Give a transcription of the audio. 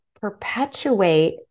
perpetuate